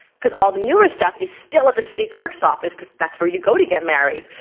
cause all the newer stuff is still at the city clerk's office cause that's where you go to get married.